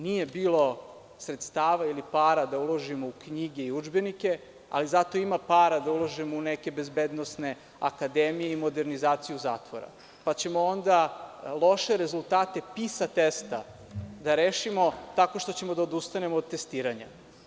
Nije bilo sredstava ili para da uložimo u knjige i udžbenike, ali zato ima para da ulažemo u neke bezbednosne akademijei modernizaciju zatvora, pa ćemo onda loše rezultate PISA testova da rešimo tako što ćemo da odustanemo od testiranja.